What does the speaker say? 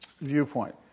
viewpoint